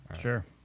Sure